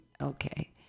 okay